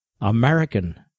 American